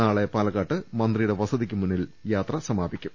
നാളെ പാലക്കാട്ട് മന്ത്രിയുടെ വസതിക്കു മുന്നിൽ യാത്ര സമാപിക്കും